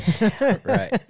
Right